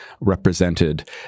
represented